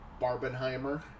Barbenheimer